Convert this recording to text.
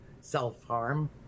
self-harm